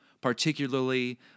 particularly